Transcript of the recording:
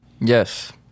Yes